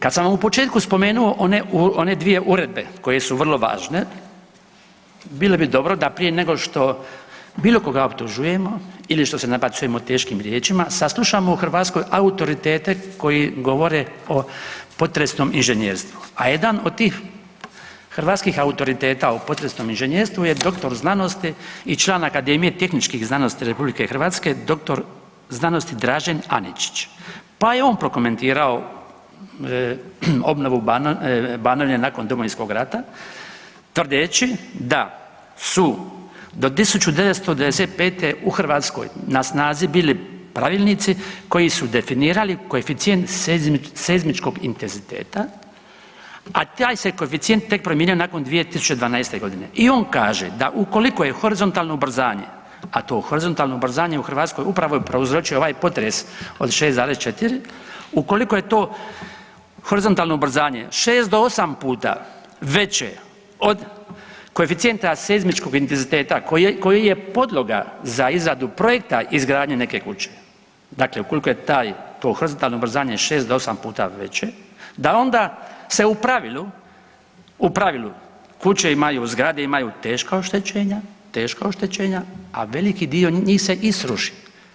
Kad sam u početku spomenuo one 2 uredbe koje su vrlo važne, bilo bi dobro da prije nego što bilo koga optužujemo ili što se nabacujemo teškim riječima, saslušamo u Hrvatskoj autoritete koji govore o potresnom inženjerstvu, a jedan od tih hrvatskih autoriteta o potresnom inženjerstvu je doktor znanosti i član Akademije tehničkih znanosti RH, dr. sc. Dražen Aničić, pa je on prokomentirao obnovu Banovine nakon Domovinskog rata tvrdeći da su do 1995. u Hrvatskoj na snazi bili pravilnici koji su definirali koeficijent seizmičkog intenziteta, a taj se koeficijent tek promijenio nakon 2012. g. i on kaže da ukoliko je horizontalno ubrzanje, a to horizontalno ubrzanje u Hrvatskoj upravo je prouzročio ovaj potres od 6,4, ukoliko je to horizontalno ubrzanje 6 do 8 puta veće od koeficijenta seizmičkog intenziteta koji je podloga za izradu projekta izgradnje neke kuće, dakle ukoliko je taj, to horizontalno ubrzanje je 6 do 8 puta veće, da onda se u pravilu, u pravilu, kuće imaju, zgrade imaju teška oštećenja, teška oštećenja, a veliki dio njih se i srušio.